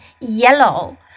Yellow